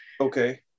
Okay